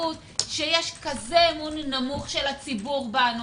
במציאות שיש כזה אמון נמוך של הציבור בנו,